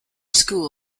school